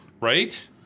Right